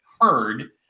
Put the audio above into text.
heard